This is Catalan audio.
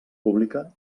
pública